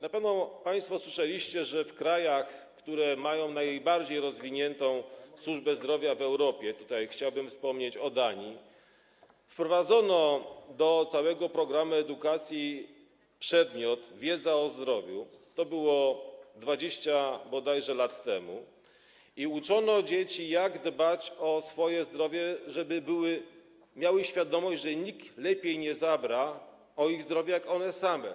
Na pewno państwo słyszeliście, że w krajach, które mają najbardziej rozwiniętą służbę zdrowia w Europie, tutaj chciałbym wspomnieć o Danii, wprowadzono do całego programu edukacji przedmiot wiedza o zdrowiu - to było bodajże 20 lat temu - i uczono dzieci, jak dbać o swoje zdrowie, żeby miały świadomość, że nikt lepiej nie zadba o ich zdrowie niż one same.